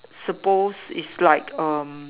suppose is like um